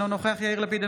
אינו נוכח יאיר לפיד,